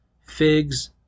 Figs